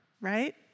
right